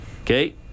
Okay